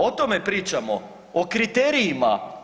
O tome pričamo, o kriterijima.